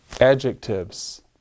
adjectives